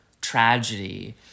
tragedy